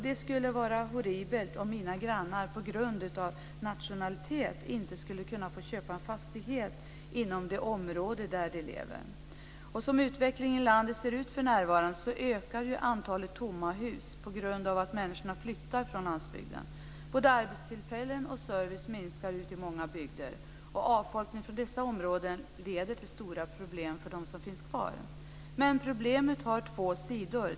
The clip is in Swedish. Det vore horribelt om mina grannar på grund av nationalitet inte skulle kunna få köpa en fastighet inom det område där de lever. Som utvecklingen i landet för närvarande ser ut ökar antalet tomma hus på grund av att människor flyttar från landsbygden. Både antalet arbetstillfällen och servicen minskar i många bygder. Avfolkningen i dessa områden leder till stora problem för dem som finns kvar. Problemen har två sidor.